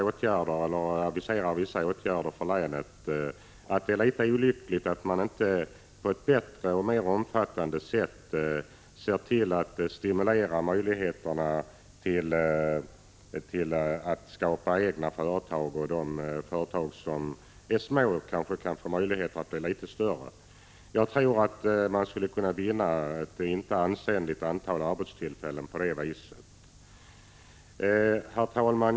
När man nu aviserar vissa åtgärder för länet, tycker jag att det är litet olyckligt att man inte på ett bättre och mer omfattande sätt ser till att stimulera möjligheterna att skapa egna företag och att utveckla små företag så att de kan bli litet större. Jag tror att man skulle kunna vinna ett icke oansenligt antal arbetstillfällen på det viset. Herr talman!